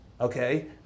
okay